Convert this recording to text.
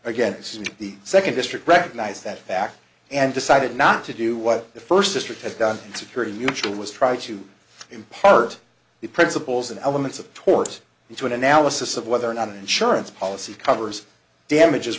again and the second district recognize that fact and decided not to do what the first district has done security mutual was try to impart the principles and elements of tours into an analysis of whether or not an insurance policy covers damages